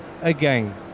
again